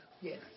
Yes